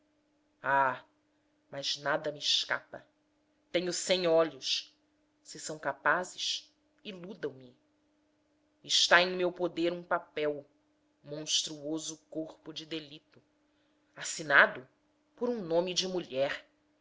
mas nada me escapa tenho cem olhos se são capazes iludam me está em meu poder um papel monstruoso corpo de delito assinado por um nome de mulher